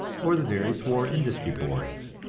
or the various war industry boards.